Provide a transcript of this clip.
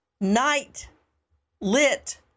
night-lit